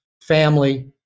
family